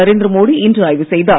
நரேந்திர மோடி இன்று ஆய்வு செய்தார்